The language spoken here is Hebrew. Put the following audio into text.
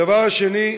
הדבר השני,